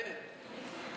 היידה.